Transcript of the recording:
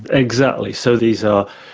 exactly. so these are,